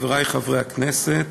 חברי חברי הכנסת,